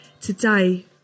Today